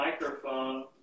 microphone